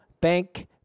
bank